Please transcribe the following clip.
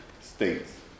states